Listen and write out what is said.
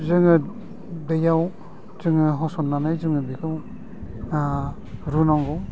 जोङो दैआव जोङो होसननानै जोङो बेखौ रुनांगौ